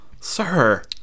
sir